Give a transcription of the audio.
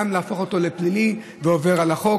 גם להפוך את זה לפלילי ואותו, לעובר על החוק.